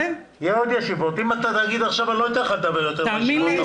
אם תגיד הכול עכשיו לא אתן לך לדבר יותר בישיבות הבאות.